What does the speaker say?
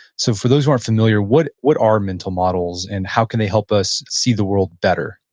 so, for those who aren't familiar, what what are mental models and how can they help us see the world better?